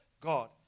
God